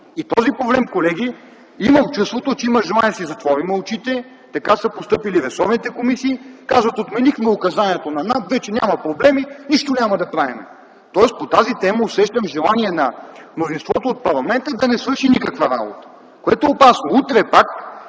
И този проблем, колеги, имам чувството, че има желание да си затворим очите. Така са постъпили ресорните комисии – казват: ”Отменихме указанието на НАП, вече няма проблеми. Нищо няма да правим”. Тоест по тази тема усещам желание на мнозинството от парламента да не свърши никаква работа, което е опасно. Утре пак